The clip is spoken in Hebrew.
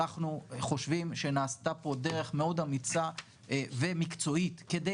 אנחנו חושבים שנעשתה פה דרך מאוד אמיצה ומקצועית כדי